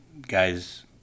guys –